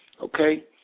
okay